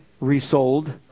resold